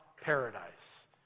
paradise